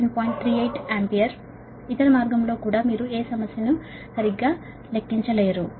38 ampere సరైన ఇతర మార్గంలో కూడా మీరు ఏ సమస్యను సరిగ్గా లెక్కించలేరు